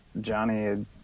Johnny